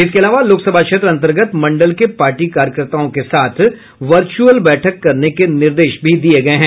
इसके अलावा लोकसभा क्षेत्र अन्तर्गत मंडल के पार्टी कार्यकर्ताओं के साथ वर्चुअल बैठक करने के निर्देश दिये गये हैं